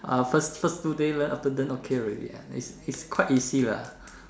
uh first first two day learn after that okay already is is quite easy lah